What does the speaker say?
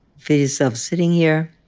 feel yourself sitting here.